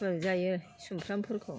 मोनजायो सुम्फ्रामफोरखौ